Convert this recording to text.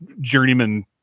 journeyman